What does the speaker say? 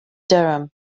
durham